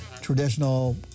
traditional